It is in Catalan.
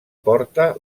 porta